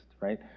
right